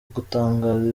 gutangaza